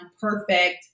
perfect